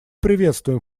приветствуем